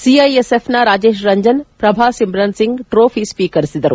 ಸಿಐಎಸ್ಎಫ್ನ Rajesh Ranjan Prabha Simran Singh trophy ಸ್ವೀಕರಿಸಿದರು